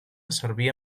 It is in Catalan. servia